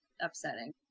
upsetting